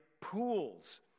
pools